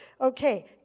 Okay